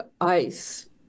ice